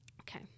Okay